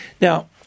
Now